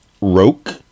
Roke